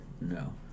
no